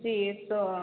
जी तो